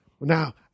now